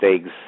eggs